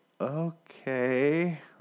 okay